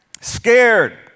Scared